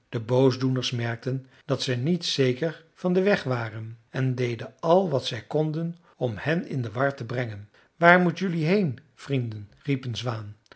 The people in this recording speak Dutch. de boosdoeners merkten dat ze niet zeker van den weg waren en deden àl wat zij konden om hen in de war te brengen waar moet jelui heen vrienden riep een zwaan